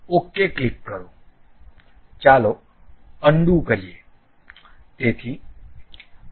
ચાલો અનડુ કરીએ